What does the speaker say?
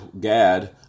Gad